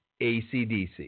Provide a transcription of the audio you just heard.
ACDC